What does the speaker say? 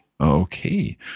Okay